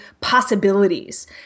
possibilities